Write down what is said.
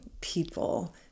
people